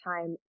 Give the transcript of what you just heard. time